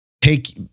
take